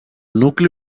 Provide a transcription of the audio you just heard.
nucli